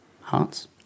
hearts